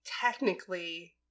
technically